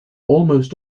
almost